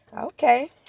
Okay